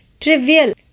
trivial